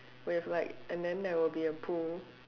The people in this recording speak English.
with like and then there will be a pool